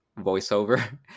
voiceover